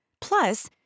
Plus